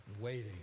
waiting